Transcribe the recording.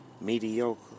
mediocre